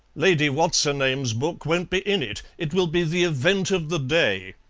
lady what's-her-name's book won't be in it. it will be the event of the day.